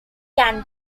can